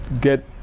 get